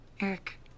Eric